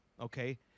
Okay